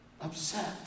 upset